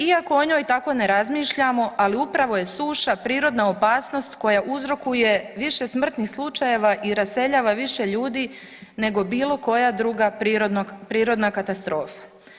Iako o njoj tako ne razmišljamo, ali upravo je suša prirodna opasnost koja uzrokuje više smrtnih slučajeva i raseljava više ljudi nego bilokoja druga prirodna katastrofa.